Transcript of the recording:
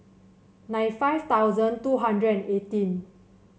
ninety five thousand two hundred and eighteen